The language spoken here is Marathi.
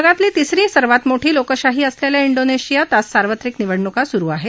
जगातली तिसरी सर्वात मोठी लोकशाही असलेल्या इंडोनेशियात आज सार्वत्रिक निवडणुका सुरु आहे